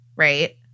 right